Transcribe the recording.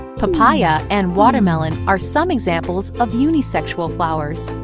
papaya and watermelon are some examples of unisexual flowers.